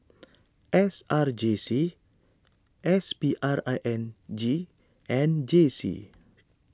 S R J C S P R I N G and J C